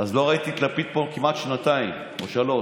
אז לא ראיתי את לפיד פה כמעט שנתיים או שלוש.